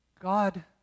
God